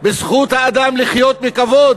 בזכות האדם לחיות בכבוד,